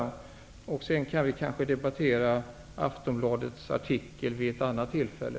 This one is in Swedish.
Aftonbladets artikel kan vi kanske debattera vid ett annat tillfälle.